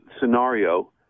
scenario